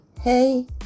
hey